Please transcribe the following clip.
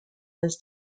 his